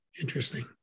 Interesting